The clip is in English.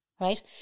Right